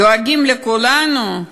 דואגים לכולנו?